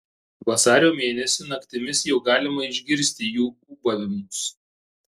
vasario mėnesį naktimis jau galima išgirsti jų ūbavimus